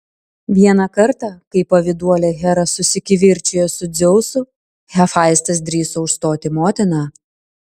vieną kartą kai pavyduolė hera susikivirčijo su dzeusu hefaistas drįso užstoti motiną